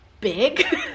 big